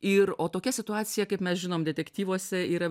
ir o tokia situacija kaip mes žinom detektyvuose yra